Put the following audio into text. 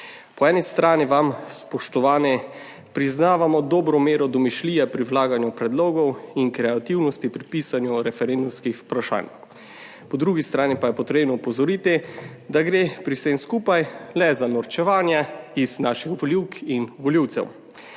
Po eni strani vam spoštovani priznavamo dobro mero domišljije pri vlaganju predlogov in kreativnosti pri pisanju referendumskih vprašanj, po drugi strani pa je potrebno opozoriti, da gre pri vsem skupaj le za norčevanje iz naših volivk in volivcev.